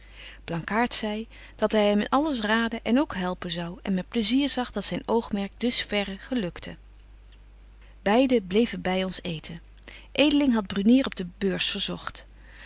blankaart zei dat hy hem in alles raden en ook helpen zou en met plaisier zag dat zyn oogmerk dus verre gelukte beide bleven by ons eeten edeling hadt brunier op de beurs verzogt